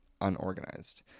unorganized